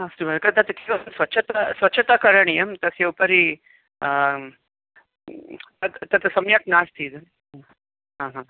अस्तु महोदय तद् तत् किं स्वच्छता स्वच्छता करणीया तस्य उपरि तत् तत् सम्यक् नास्ति इ हा हा